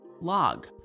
Log